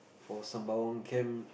for Sembawang camp